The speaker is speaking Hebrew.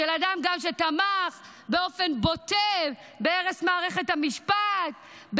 של אדם שתמך באופן בוטה בהרס מערכת המשפט,